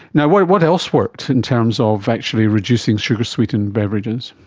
and what what else works in terms of actually reducing sugar sweetened beverages?